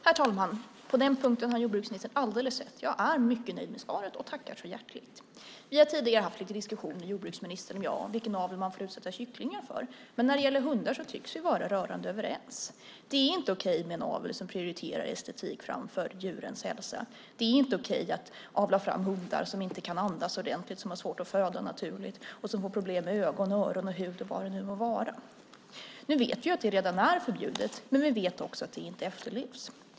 Herr talman! På den punkten har jordbruksministern alldeles rätt. Jag är mycket nöjd med svaret och tackar så hjärtligt för svaret. Jordbruksministern och jag har tidigare haft lite diskussioner om vilken avel man får utsätta kycklingar för. Men när det gäller hundar tycks vi vara rörande överens. Det är inte okej med en avel som prioriterar estetik framför djurens hälsa. Det är inte okej att avla fram hundar som inte kan andas ordentligt, som har svårt att föda naturligt och som får problem med ögon, öron, hud och vad det nu må vara. Nu vet vi att det redan är förbjudet, men vi vet också att förbudet inte efterlevs.